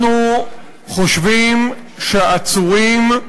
אנחנו חושבים שעצורים,